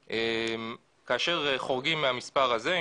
כאשר חורגים מהמספר הזה,